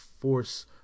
force